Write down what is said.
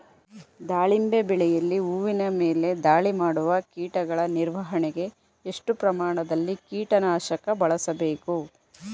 ದಾಳಿಂಬೆ ಬೆಳೆಯಲ್ಲಿ ಹೂವಿನ ಮೇಲೆ ದಾಳಿ ಮಾಡುವ ಕೀಟಗಳ ನಿರ್ವಹಣೆಗೆ, ಎಷ್ಟು ಪ್ರಮಾಣದಲ್ಲಿ ಕೀಟ ನಾಶಕ ಬಳಸಬೇಕು?